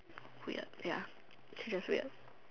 weird ya she's just weird